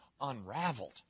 unraveled